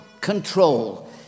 control